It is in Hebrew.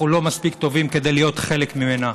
אנחנו לא מספיק טובים כדי להיות חלק ממנה.